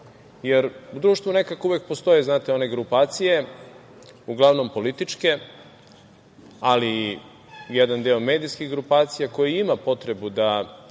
Jer, u društvu uvek nekako postoje, znate, one grupacije, uglavnom političke, ali jedan deo i medijskih grupacija, koji ima potrebu da